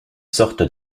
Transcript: sortent